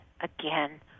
again